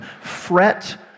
Fret